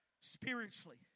spiritually